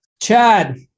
Chad